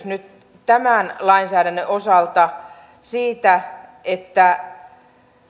nyt tämän lainsäädännön osalta ennen kaikkea ollut kysymys siitä että